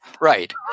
Right